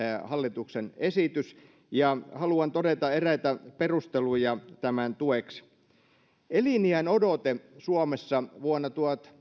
hallituksen esitys ja haluan todeta eräitä perusteluja tämän tueksi eliniänodote suomessa vuonna